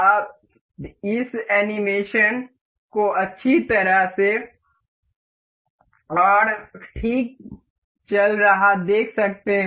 आप इस एनीमेशन को अच्छी तरह से और ठीक चल रहा देख सकते हैं